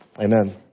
amen